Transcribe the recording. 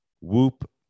Whoop